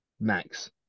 max